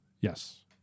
yes